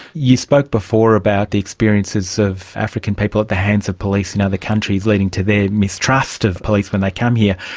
you spoke before about the experiences of african people at the hands of police in other countries leading to their mistrust of police when they come here.